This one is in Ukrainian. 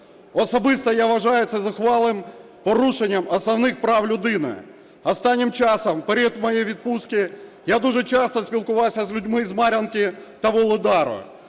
Особисто я вважаю це зухвалим порушенням основних прав людини. Останнім часом, в період моєї відпустки, я дуже часто спілкувався з людьми з Мар'їнки та Вугледара.